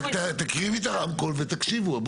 רק תקרבי את הרמקול ותקשיבו.